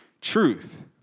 truth